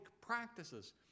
practices